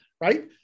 right